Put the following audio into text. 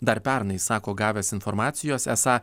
dar pernai sako gavęs informacijos esą